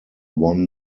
won